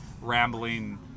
rambling